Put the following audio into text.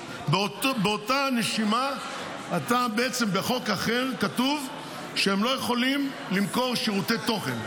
באותה הנשימה בחוק אחר כתוב שהם לא יכולים למכור שירותי תוכן,